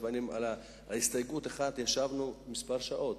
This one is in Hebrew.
לפעמים על ההסתייגות אחת ישבנו כמה שעות,